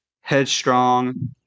headstrong